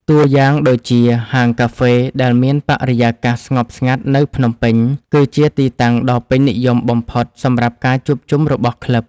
តួយ៉ាងដូចជា ហាងកាហ្វេដែលមានបរិយាកាសស្ងប់ស្ងាត់នៅភ្នំពេញ គឺជាទីតាំងដ៏ពេញនិយមបំផុតសម្រាប់ការជួបជុំរបស់ក្លឹប។